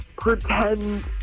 pretend